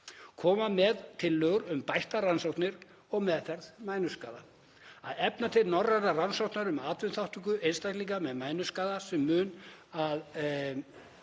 koma með tillögur um bættar rannsóknir og meðferð mænuskaða, að efna til norrænnar rannsóknar um atvinnuþátttöku einstaklinga með mænuskaða sem mun